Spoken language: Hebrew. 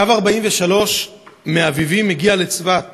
קו 43 מאביבים הגיע לצפת